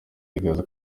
igaragaza